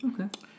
Okay